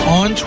on